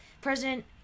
President